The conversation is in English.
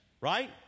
right